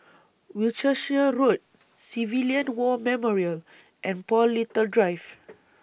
Wiltshire Road Civilian War Memorial and Paul Little Drive